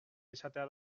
esatea